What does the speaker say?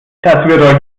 das